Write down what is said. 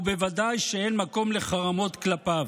ובוודאי שאין מקום לחרמות כלפיו.